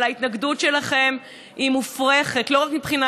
אבל ההתנגדות שלכם לא רק מופרכת מבחינה